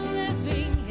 living